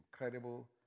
incredible